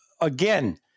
again